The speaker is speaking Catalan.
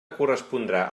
correspondrà